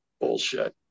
bullshit